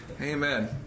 Amen